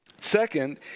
Second